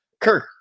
Kirk